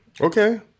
Okay